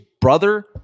brother